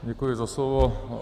Děkuji za slovo.